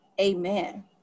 Amen